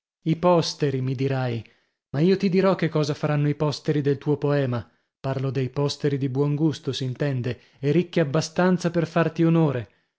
i posteri mi dirai ma io ti dirò che cosa faranno i posteri del tuo poema parlo dei posteri di buon gusto s'intende e ricchi abbastanza per farti onore